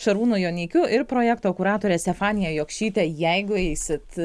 šarūnu joneikiu ir projekto kuratore stefanija jokštyte jeigu eisit